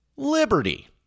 Liberty